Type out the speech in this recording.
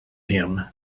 him